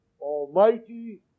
almighty